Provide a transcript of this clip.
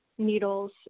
needles